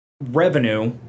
revenue